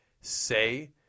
say